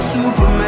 Superman